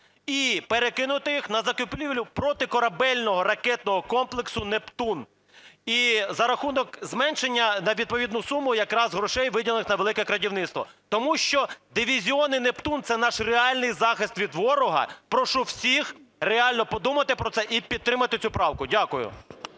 І перекинути їх на закупівлю протикорабельного ракетного комплексу "Нептун". І за рахунок зменшення на відповідну суму якраз грошей, виділених на "велике крадівництво". Тому що дивізіони "Нептун" – це наш реальний захист від ворога. Прошу всіх реально подумати про це і підтримати цю правку. Дякую.